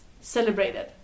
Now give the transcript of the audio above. celebrated